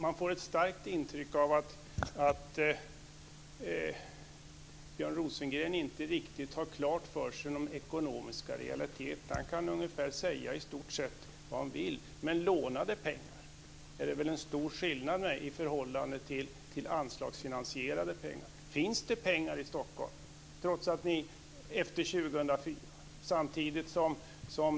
Man får ett starkt intryck av att Björn Rosengren inte riktigt har klart för sig de ekonomiska realiteterna. Han kan i stort sett säga vad han vill, men det är en stor skillnad på lånade pengar och anslagsfinansierade pengar. Finns det pengar i Stockholm efter 2004?